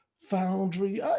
Foundry